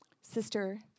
Sister